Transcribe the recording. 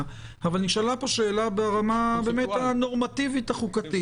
אבל נשאלה פה שאלה ברמה הנורמטיבית החוקתית.